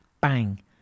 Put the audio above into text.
Bang